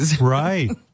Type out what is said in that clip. Right